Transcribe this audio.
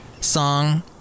song